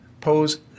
pose